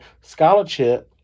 scholarship